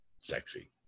sexy